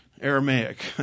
Aramaic